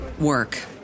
work